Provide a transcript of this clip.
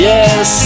Yes